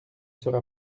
sera